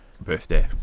birthday